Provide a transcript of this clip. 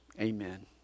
Amen